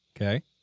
Okay